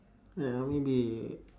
well maybe